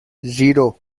zero